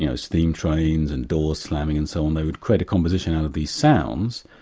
you know steam trains and doors slamming and so on, they would create a composition out of these sounds,